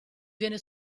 viene